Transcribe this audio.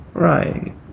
Right